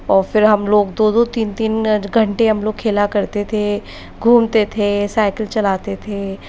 और फ़िर हम लोग दो दो तीन तीन घंटे हम लोग खेला करते थे घूमते थे साइकिल चलाते थे